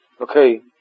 Okay